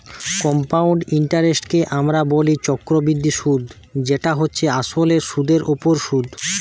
compound ইন্টারেস্টকে আমরা বলি চক্রবৃদ্ধি সুধ যেটা হচ্ছে আসলে সুধের ওপর সুধ